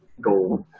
gold